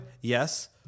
Yes